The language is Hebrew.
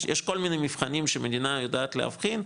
יש כל מיני מבחנים שמדינה יודעת להבחין,